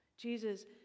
Jesus